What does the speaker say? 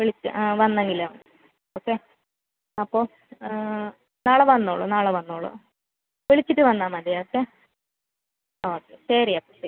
വിളിച്ച് ആ വന്നെങ്കിലും ഓക്കെ അപ്പോൾ നാളെ വന്നോളൂ നാളെ വന്നോളൂ വിളിച്ചിട്ട് വന്നാൽ മതി ഓക്കെ ഓക്കെ ശരി അപ്പോൾ